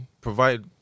provide